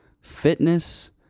fitness